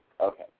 Okay